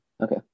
Okay